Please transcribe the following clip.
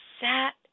sat